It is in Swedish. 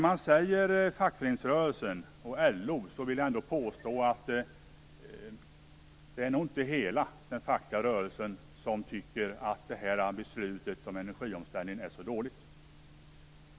Man talar om fackföreningsrörelsen och LO, men jag vill nog ändå påstå att det inte är hela den fackliga rörelsen som tycker att beslutet om energiomställningen är dåligt.